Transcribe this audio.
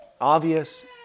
obvious